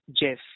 Jeff